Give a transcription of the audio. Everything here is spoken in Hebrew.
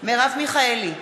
מרב מיכאלי,